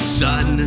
sun